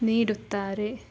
ನೀಡುತ್ತಾರೆ